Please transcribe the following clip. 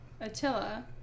Attila